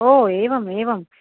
ओ एवम् एवम्